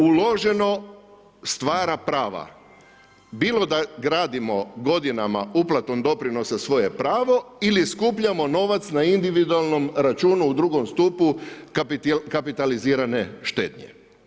Uloženo stvara prava bilo da gradimo godinama uplatom doprinosa svoje pravo, ili skupljamo novac na individualnom računu u drugom stupu kapitalizirane štednje.